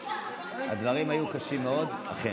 אני